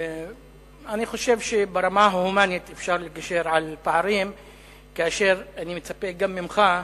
אני חושב שברמה ההומנית אפשר לגשר על פערים כאשר אני מצפה גם ממך,